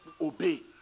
obey